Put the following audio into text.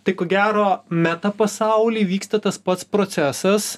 tai ko gero meta pasauly vyksta tas pats procesas